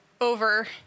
over